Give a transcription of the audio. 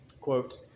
Quote